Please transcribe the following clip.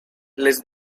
les